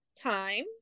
time